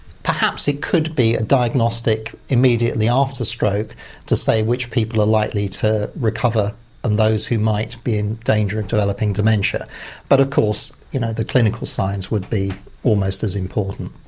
perhaps it could be a diagnostic immediately after stroke to say which people are likely to recover and those who might be in danger of developing dementia but of course you know the clinical signs would be almost as important.